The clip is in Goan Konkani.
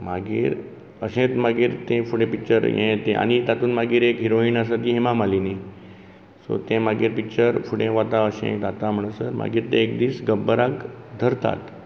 मागीर अशेंत मागीर ते फुडें ते पिक्चर हें तें आनी तातूंत मागीर हिरोईन आसा ती हेमा मलिनी सो तें मागीर पिक्चर फुडें वता अशें जाता म्हणसर मागीर ते एक दीस गब्बराक धरतात